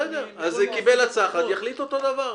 בסדר, אז קיבל הצעה אחת, יחליט אותו דבר.